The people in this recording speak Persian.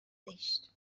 زشت